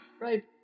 right